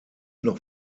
noch